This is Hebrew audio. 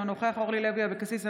אינו נוכח אורלי לוי אבקסיס,